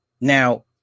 Now